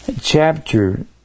Chapter